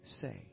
say